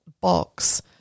box